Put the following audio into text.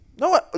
No